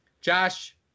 Josh